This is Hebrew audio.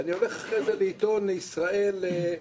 ואני הולך אחרי זה לעיתון ישראל היום